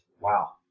wow